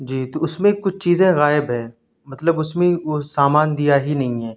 جی تو اس میں کچھ چیزیں غائب ہیں مطلب اس میں وہ سامان دیا ہی نہیں ہے